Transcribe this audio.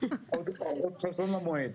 זה נושא שצריך לקיים דיון עליו.